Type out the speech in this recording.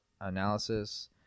analysis